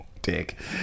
dick